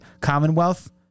Commonwealth